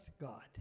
God